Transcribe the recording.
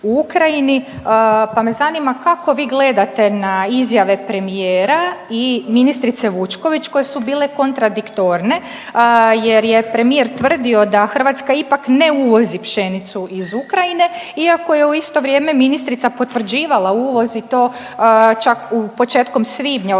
pa me zanima kako vi gledate na izjave premijera i ministrice Vučković koje su bile kontradiktorne jer je premijer tvrdio da Hrvatska ipak ne uvozi pšenicu iz Ukrajine, iako je u isto vrijeme ministrica potvrđivala uvoz i to čak u početkom svibnja odnosno